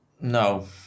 No